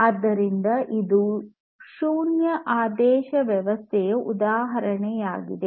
ಆದ್ದರಿಂದ ಇದು ಶೂನ್ಯ ಆದೇಶ ವ್ಯವಸ್ಥೆಯ ಉದಾಹರಣೆಯಾಗಿದೆ